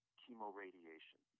chemoradiation